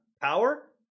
power